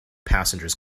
passengers